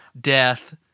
Death